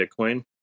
bitcoin